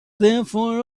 therefore